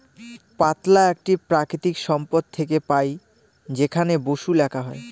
পাতলা একটি প্রাকৃতিক সম্পদ থেকে পাই যেখানে বসু লেখা হয়